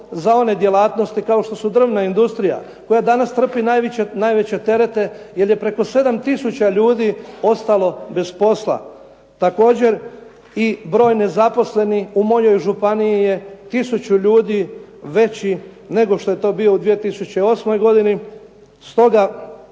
za one djelatnosti kao što su drvna industrija koja danas trpi najveće terete jer je preko 7 tisuća ljudi ostalo bez posla. Također i broj nezaposlenih u mojoj županiji je tisuću ljudi veći nego što je to bio u 2008. godini. Stoga